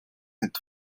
mit